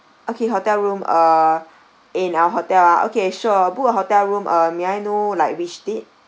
okay hotel room uh in our hotel ah okay sure book a hotel room uh may I know like which date